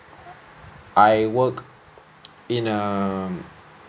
I work in a